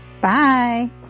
bye